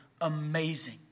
amazing